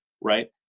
right